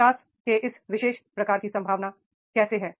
विकास के इस विशेष प्रकार की संभावना कैसे है